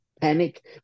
Panic